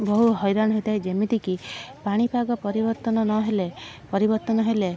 ବହୁ ହଇରାଣ ହୋଇଥାଏ ଯେମିତି କି ପାଣିପାଗ ପରିବର୍ତ୍ତନ ନହେଲେ ପରିବର୍ତ୍ତନ ହେଲେ